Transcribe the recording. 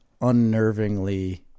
unnervingly